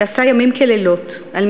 שעשה ימים כלילות, לילות כימים.